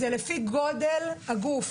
זה לפי גודל הגוף.